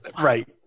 right